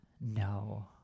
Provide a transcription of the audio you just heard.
No